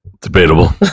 Debatable